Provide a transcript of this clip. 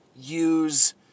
use